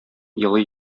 елый